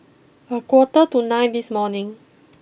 a quarter to nine this morning